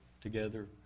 together